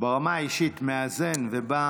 ברמה האישית, מאזן ובא